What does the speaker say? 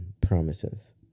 promises